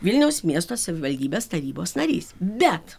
vilniaus miesto savivaldybės tarybos narys bet